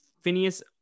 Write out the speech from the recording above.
Phineas